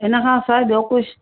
हिन खां सवाइ ॿियों कुझु